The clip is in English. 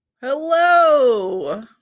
hello